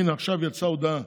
הינה, עכשיו יצאה הודעה,